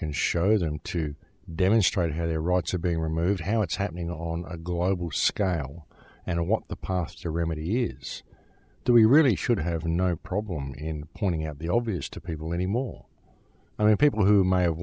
can show them to demonstrate how their rights are being removed how it's happening on a global scale and what the path to remedy is do we really should have no problem in pointing out the obvious to people anymore i mean people who might have